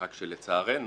רק שלצערנו,